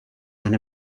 one